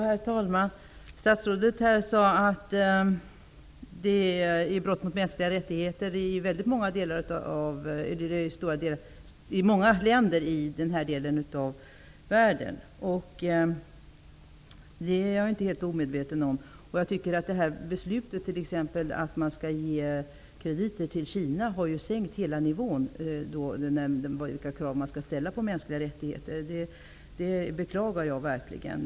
Herr talman! Statsrådet sade att det är brott mot mänskliga rättigheter i många länder i den här delen av världen. Det är jag inte helt omedveten om. Beslutet att ge krediter till Kina har sänkt hela nivån när det gäller de krav som skall ställas på mänskliga rättigheter. Det beklagar jag verkligen.